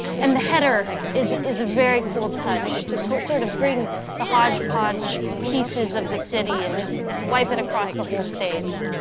and the header is is a very cool touch to sort of bring the hodgepodge pieces of the city and just wipe it across the whole stage.